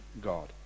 God